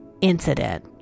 Incident